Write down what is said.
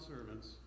servants